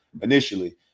initially